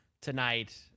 tonight